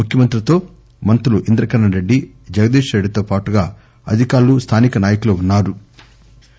ముఖ్యమంత్రితో మంత్రులు ఇంద్రకరణ్ రెడ్డి జగదీశ్వర్ రెడ్డితో పాటుగా అధికారులు స్లానిక నాయకులు ఉన్నా రు